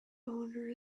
owner